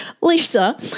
Lisa